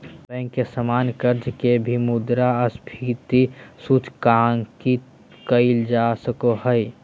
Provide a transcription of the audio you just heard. bank के सामान्य कर्ज के भी मुद्रास्फीति सूचकांकित कइल जा सको हइ